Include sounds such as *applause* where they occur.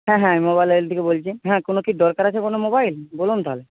হ্যাঁ হ্যাঁ মোবাইল *unintelligible* থেকে বলছি হ্যাঁ কোনো কি দরকার আছে কোনো মোবাইল বলুন তাহলে